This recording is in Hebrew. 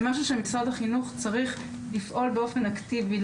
זה משהו שמשרד החינוך צריך לפעול באופן אקטיבי,